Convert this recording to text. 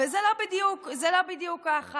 זה לא בדיוק ככה,